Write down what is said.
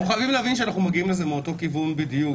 אנחנו חייבים להבין שאנחנו מגיעים לזה מאותו כיוון בדיוק.